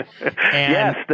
Yes